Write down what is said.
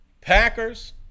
Packers